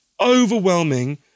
overwhelming